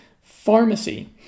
pharmacy